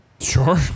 Sure